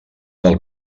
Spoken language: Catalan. del